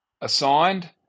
assigned